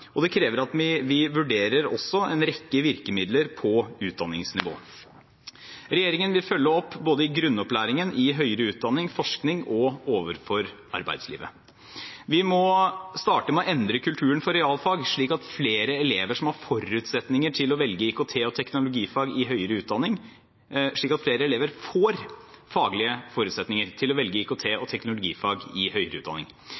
og det krever at vi også vurderer en rekke virkemidler på utdanningsnivå. Regjeringen vil følge opp både i grunnopplæringen, høyere utdanning, forskning og overfor arbeidslivet. Vi må starte med å endre kulturen for realfag, slik at flere elever får faglige forutsetninger til å velge IKT- og teknologifag i høyere utdanning. God kunnskap i matematikk og andre realfag er et viktig grunnlag for å kunne nyttiggjøre seg av alle mulighetene som IKT